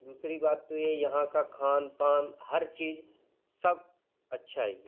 दूसरी बात तो ये यहाँ का खान पान हर चीज़ सब अच्छा ही है